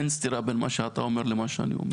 אין סתירה בין מה שאתה אומר למה שאני אומר.